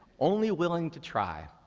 only willing to try.